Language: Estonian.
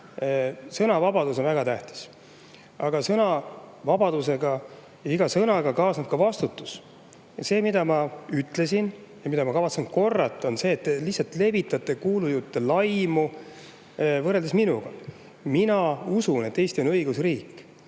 Sõnavabadus on väga tähtis, aga sõnavabadusega, iga sõnaga kaasneb ka vastutus. See, mida ma ütlesin ja mida ma kavatsen korrata, on see, et te lihtsalt levitate kuulujutte, laimu. Võrreldes minuga: mina usun, et Eesti on õigusriik,